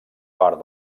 part